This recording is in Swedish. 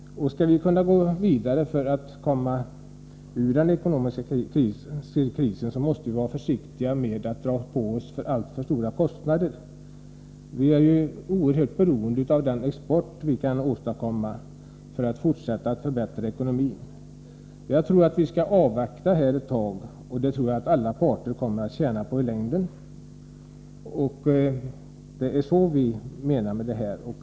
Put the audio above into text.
Skall vi kunna gå vidare för att komma ur den ekonomiska krisen måste vi vara försiktiga med att dra på oss alltför stora kostnader. Vi är ju, när det gäller att fortsätta att förbättra ekonomin, oerhört beroende av den export vi kan åstadkomma. Jag anser att vi i detta fall skall avvakta ett tag. Det tror jag att alla parter kommer att tjäna på i längden. Detta är vårt syfte med förslaget.